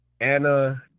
Anna